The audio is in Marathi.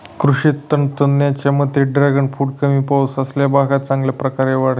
कृषी तज्ज्ञांच्या मते ड्रॅगन फ्रूट कमी पाऊस असलेल्या भागात चांगल्या प्रकारे वाढतात